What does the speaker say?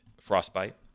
Frostbite